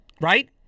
right